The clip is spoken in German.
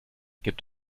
gibt